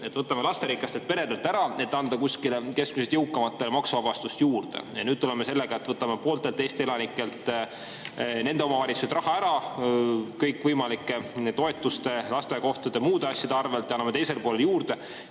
et võtame lasterikastelt peredelt ära, et anda keskmisest jõukamatele maksuvabastust juurde. Nüüd tuleme sellega, et võtame pooltelt Eesti elanikelt, nende omavalitsustelt raha ära kõikvõimalike toetuste, lasteaiakohtade ja muude asjade arvelt ja anname teisele poole juurde